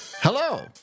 Hello